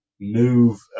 move